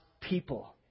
people